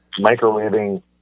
microwaving